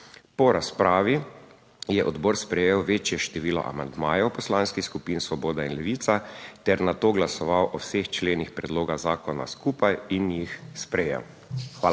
Po razpravi je odbor sprejel večje število amandmajev Poslanskih skupin Svoboda in Levica ter nato glasoval o vseh členih predloga zakona skupaj in jih sprejel.